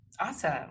Awesome